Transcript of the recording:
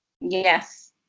Yes